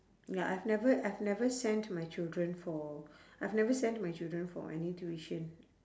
ya I've never I've never sent my children for I've never sent my children for any tuition